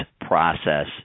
process